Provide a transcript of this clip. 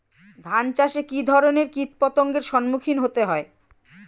ধান চাষে কী ধরনের কীট পতঙ্গের সম্মুখীন হতে হয়?